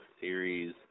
series